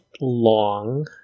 long